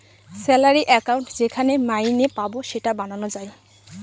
salary account যেখানে মাইনে পাবো সেটা বানানো যায়